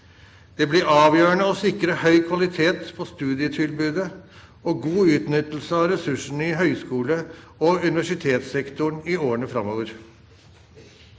Det blir avgjørende å sikre høy kvalitet på studietilbudet og god utnyttelse av ressursene i høyskole- og universitetssektoren i årene framover.